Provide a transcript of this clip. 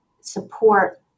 support